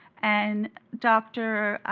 and dr.